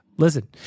Listen